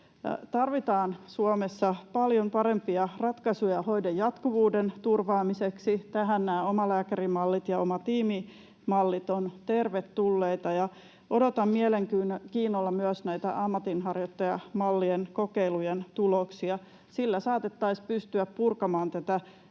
tarvitaan paljon parempia ratkaisuja hoidon jatkuvuuden turvaamiseksi. Tähän nämä omalääkärimallit ja omatiimimallit ovat tervetulleita. Odotan mielenkiinnolla myös ammatinharjoittajamallien kokeilujen tuloksia. Niillä saatettaisiin pystyä purkamaan tätä,